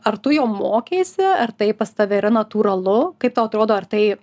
ar tu jo mokeisi ar tai pas tave yra natūralu kaip tau atrodo ar tai